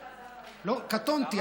קטונתי.